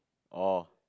orh